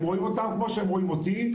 הם רואים אותם כמו שהם רואים אותי,